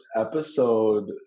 episode